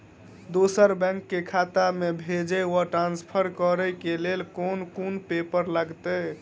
दोसर बैंक केँ खाता मे भेजय वा ट्रान्सफर करै केँ लेल केँ कुन पेपर लागतै?